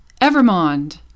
Evermond